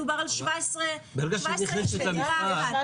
מדובר על 17 איש בדירה אחת.